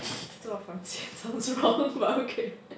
做房间做房 okay